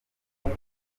bose